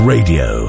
Radio